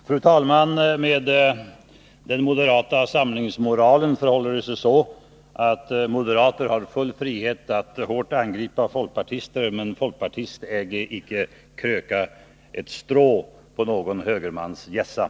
Fru talman! Med den moderata samlingsmoralen förhåller det sig så att moderater har full frihet att hårt angripa folkpartister — men folkpartist äge icke kröka ett strå på någon högermans hjässa.